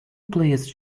please